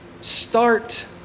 Start